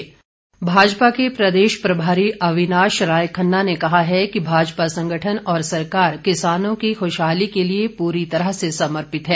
भाजपा प्रदेश प्रभारी भाजपा के प्रदेश प्रभारी अविनाश राय खन्ना ने कहा है कि भाजपा संगठन और सरकार किसानों की खुशहाली के लिए पूरी तरह से समर्पित है